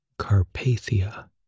Carpathia